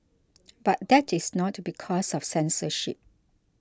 but that is not because of censorship